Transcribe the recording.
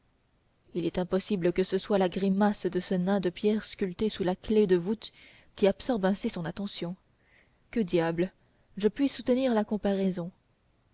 il est impossible que ce soit la grimace de ce nain de pierre sculpté dans la clef de voûte qui absorbe ainsi son attention que diable je puis soutenir la comparaison